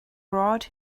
brought